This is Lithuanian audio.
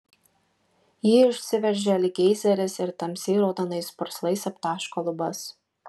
ji išsiveržia lyg geizeris ir tamsiai raudonais purslais aptaško lubas